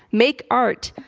make art.